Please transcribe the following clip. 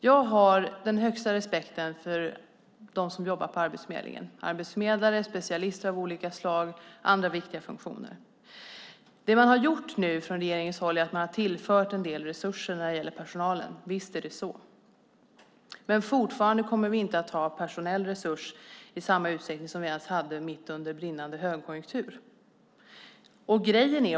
Jag känner den högsta respekt för dem som jobbar på Arbetsförmedlingen - arbetsförmedlare, specialister av olika slag, personer med andra viktiga funktioner. Nu har man från regeringshåll tillfört en del resurser när det gäller personalen, visst är det så, men vi kommer fortfarande inte att ha personella resurser ens i samma utsträckning som under brinnande högkonjunktur.